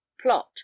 plot